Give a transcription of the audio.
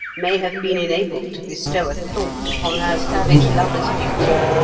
may have been enabled to bestow a thought upon her savage lover's beauty,